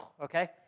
Okay